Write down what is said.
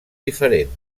diferent